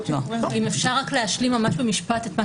אם אפשר רק להשלים ממש במשפט את מה ששמרית אמרה?